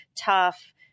tough